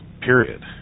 period